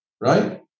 Right